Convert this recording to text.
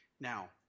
Now